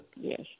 Yes